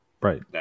right